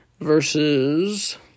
versus